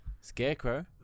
Scarecrow